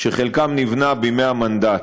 שחלקם נבנו בימי המנדט.